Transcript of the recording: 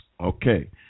Okay